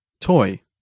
Toy